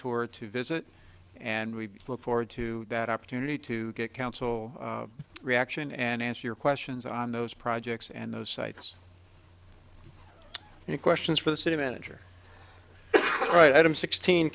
tour to visit and we look forward to that opportunity to get council reaction and answer your questions on those projects and those sites and questions for the city manager right i'm sixteen